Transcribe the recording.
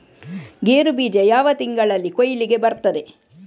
ಗೇರು ಬೀಜ ಯಾವ ತಿಂಗಳಲ್ಲಿ ಕೊಯ್ಲಿಗೆ ಬರ್ತದೆ?